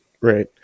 Right